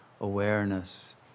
awareness